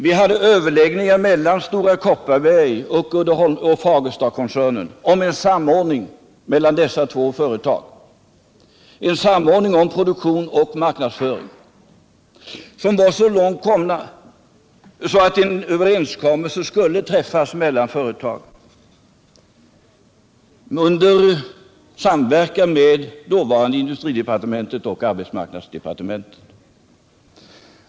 Vi hade överläggningar mellan Stora Kopparberg och Fagerstakoncernen om en samordning mellan dessa två företag. Det gällde en samordning mellan produktion och marknadsföring. Dessa överläggningar var så långt komna, att en överenskommelse skulle träffas mellan företagen i samverkan med dåvarande industridepartementet och arbetsmarknadsdepartementet.